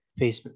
Facebook